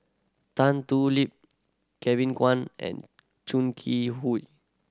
Tan Thoon Lip Kevin Kwan and Chong Kee